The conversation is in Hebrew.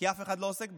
כי אף אחד לא עוסק בזה,